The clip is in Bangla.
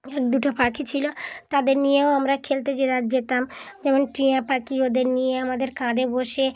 এক দুটো পাখি ছিল তাদের নিয়েও আমরা খেলতে যে যেতাম যেমন টিয়া পাখি ওদের নিয়ে আমাদের কাঁধে বসে